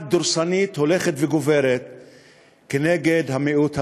דורסנית הולכת וגוברת כנגד המיעוט הערבי.